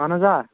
اَہن حظ آ